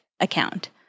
account